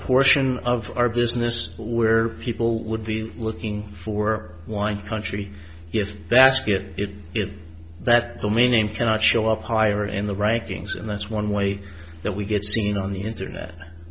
portion of our business where people would be looking for wine country if basket if that the meaning cannot show up higher in the rankings and that's one way that we get seen on the internet